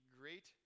great